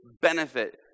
benefit